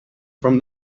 from